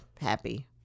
happy